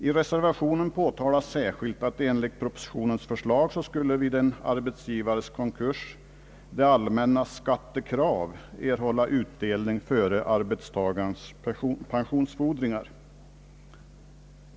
I reservationen påtalas särskilt att enligt propositionens förslag skulle vid en arbetsgivares konkurs det allmännas skattekrav erhålla utdelning före arbetstagarens pensionsfordringar.